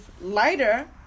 lighter